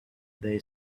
they